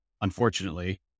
unfortunately